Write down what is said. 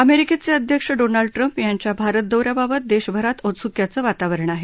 अमेरिकेचे अध्यक्ष Donald Trump यांच्या भारतदौ याबाबत देशभरात औत्सुक्याचं वातावरण आहे